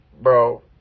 Bro